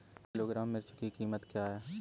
एक किलोग्राम मिर्च की कीमत क्या है?